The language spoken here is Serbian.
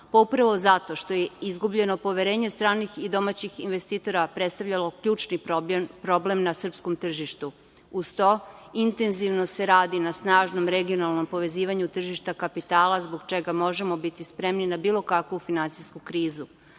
Upravo zato što je izgubljeno poverenje stranih i domaćih investitora predstavljalo ključni problem na srpskom tržištu. Uz to, intenzivno se radi na snažnom regionalnom povezivanju tržišta kapitala zbog čega možemo biti spremni na bilo kakvu finansijsku krizu. Danas